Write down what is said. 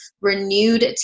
renewed